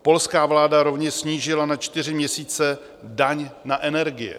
Polská vláda rovněž snížila na čtyři měsíce daň na energie.